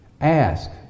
Ask